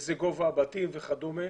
איזה גובה הבתים וכדומה,